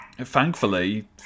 thankfully